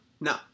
no